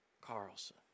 Carlson